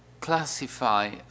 classify